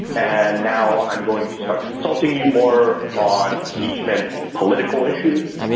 and now i'm going to start consulting you more on impeachment and political issues.